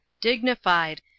dignified